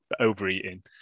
Overeating